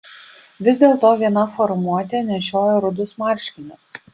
vis dėlto viena formuotė nešiojo rudus marškinius